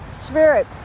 spirit